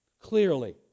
clearly